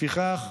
לפיכך,